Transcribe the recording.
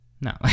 No